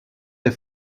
des